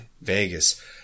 Vegas